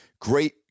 great